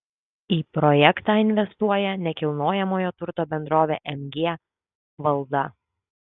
į projektą investuoja nekilnojamojo turto bendrovė mg valda